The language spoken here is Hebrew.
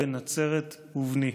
בן נצרת ובני".